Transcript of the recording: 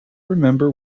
remember